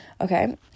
Okay